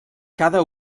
cada